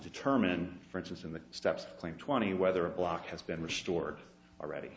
determine for instance of the steps claimed twenty whether a block has been restored already